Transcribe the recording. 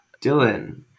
Dylan